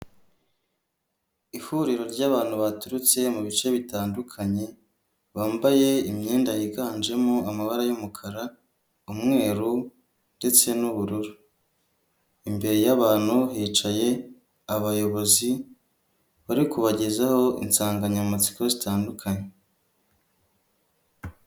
Ihuriro ry'abantu baturutse mu bice bitandukanye; bambaye imyenda yiganjemo amabara y'umukara, umweru ndetse n'ubururu; imbere y'abantu hicaye abayobozi bari kubagezaho insanganyamatsiko zitandukanye.